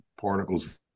particles